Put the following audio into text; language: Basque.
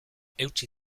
eutsi